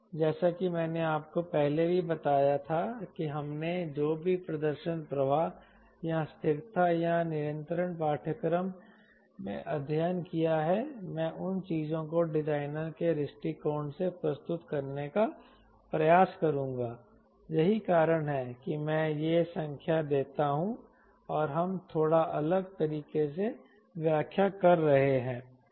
जैसा कि मैंने आपको पहले भी बताया था कि हमने जो भी प्रदर्शन प्रवाह या स्थिरता और नियंत्रण पाठ्यक्रम में अध्ययन किया है मैं उन चीजों को डिजाइनर के दृष्टिकोण से प्रस्तुत करने का प्रयास करूंगा यही कारण है कि मैं यह संख्या देता हूं और हम थोड़ा अलग तरीके से व्याख्या कर रहे हैं